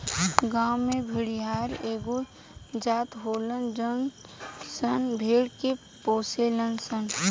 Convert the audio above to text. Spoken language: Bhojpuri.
गांव में भेड़िहार एगो जात होलन सन जवन भेड़ के पोसेलन सन